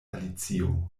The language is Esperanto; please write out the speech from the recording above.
alicio